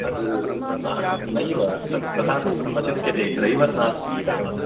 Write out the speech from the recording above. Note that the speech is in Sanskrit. तत् न नैव तत् तथा कर्तुं न शक्यते ड्रैवर् नास्ति इदानीम्